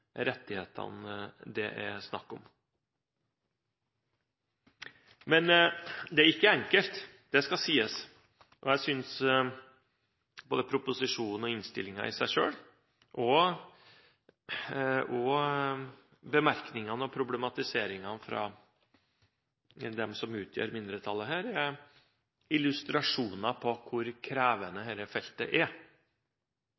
rettighetene det er snakk om. Men dette er ikke enkelt – det skal sies. Jeg synes både proposisjonen og innstillingen i seg selv og bemerkningene og problematiseringen fra dem som utgjør mindretallet her, er illustrasjoner på hvor krevende